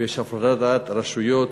ויש הפרדת רשויות,